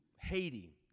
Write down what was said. Haiti